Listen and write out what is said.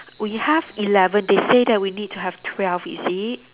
we have eleven they say that we need to have twelve is it